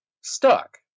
stuck